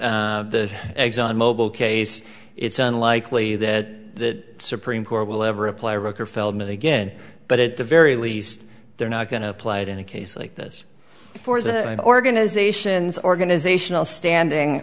in the eggs on mobile case it's unlikely that supreme court will ever apply roker feldman again but at the very least they're not going to apply it in a case like this for the organizations organizational standing